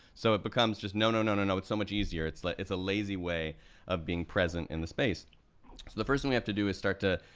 so it becomes just no, no, no, no, no, it's so much easier, it's like it's a lazy way of being present in the space. so the first thing we have to do is start to,